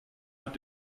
mit